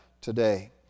today